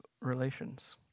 relations